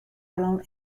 alone